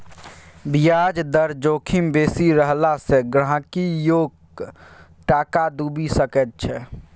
ब्याज दर जोखिम बेसी रहला सँ गहिंकीयोक टाका डुबि सकैत छै